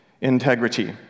Integrity